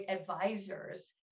advisors